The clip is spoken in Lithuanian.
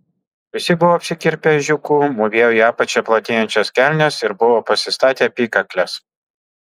visi buvo apsikirpę ežiuku mūvėjo į apačią platėjančias kelnes ir buvo pasistatę apykakles